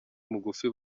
mugufi